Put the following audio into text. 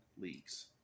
leagues